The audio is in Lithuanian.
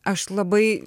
aš labai